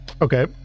Okay